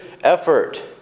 effort